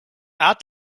art